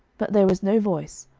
but there was no voice,